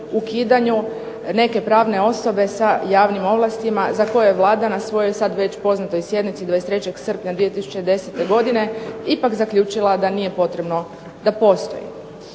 ukidanju neke pravne osobe s javnim ovlastima za koje Vlada je na svojoj sad već poznatoj sjednici 23. srpnja 2010. godine ipak zaključila da nije potrebno da postoji.